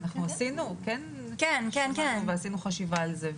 אנחנו כן עשינו חשיבה על זה,